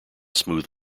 smooth